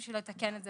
על מנת לתקן את זה,